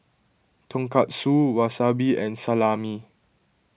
Tonkatsu Wasabi and Salami